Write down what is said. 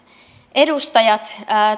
edustajat